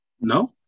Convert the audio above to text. no